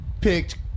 picked